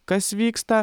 kas vyksta